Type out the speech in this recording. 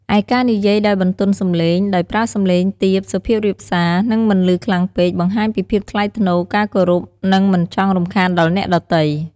ឯការនិយាយដោយបន្ទន់សំឡេង ដោយប្រើសំឡេងទាប សុភាពរាបសារ និងមិនឮខ្លាំងពេក បង្ហាញពីភាពថ្លៃថ្នូរ ការគោរព និងមិនចង់រំខានដល់អ្នកដទៃ។